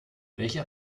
welcher